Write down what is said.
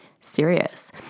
serious